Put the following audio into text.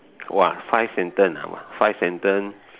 !wah! five sentence ah five sentence